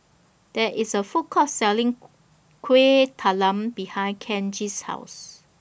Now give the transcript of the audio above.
There IS A Food Court Selling Kuih Talam behind Kenji's House